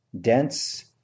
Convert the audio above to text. dense